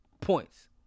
points